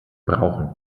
brauchen